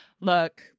look